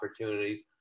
opportunities